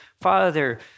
Father